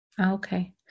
okay